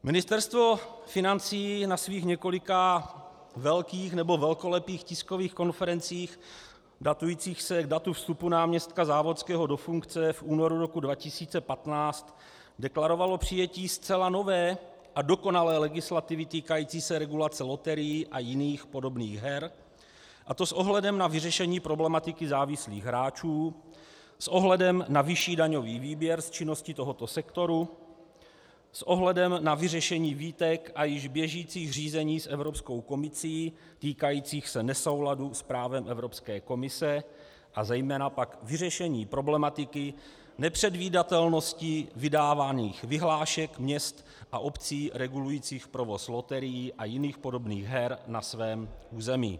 Ministerstvo financí na svých několika velkolepých tiskových konferencích datujících se k datu vstupu náměstka Závodského do funkce v únoru 2015 deklarovalo přijetí zcela nové a dokonalé legislativy týkající se regulace loterií a jiných podobných her, a to s ohledem na vyřešení problematiky závislých hráčů, s ohledem na vyšší daňový výběr z činnosti tohoto sektoru, s ohledem na vyřešení výtek a již běžících řízení s Evropskou komisí týkajících se nesouladu s právem Evropské komise a zejména pak vyřešení problematiky nepředvídatelnosti vydávaných vyhlášek měst a obcí regulujících provoz loterií a jiných podobných her na svém území.